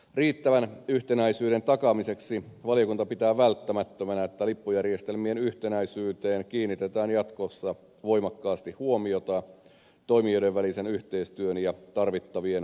riittävän yhtenäisyyden takaamiseksi valiokunta pitää välttämättömänä että lippujärjestelmien yhtenäisyyteen kiinnitetään jatkossa voimakkaasti huomiota toimijoiden välisen yhteistyön ja tarvittavien viranomaistoimien kautta